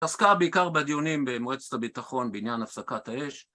עסקה בעיקר בדיונים במועצת הביטחון בעניין הפסקת האש